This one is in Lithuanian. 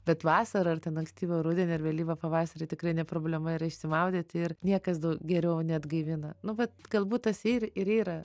bet vasarą ar ten ankstyvą rudenį ar vėlyvą pavasarį tikrai ne problema yra išsimaudyti ir niekas daug geriau neatgaivina nu vat galbūt tasai ir yra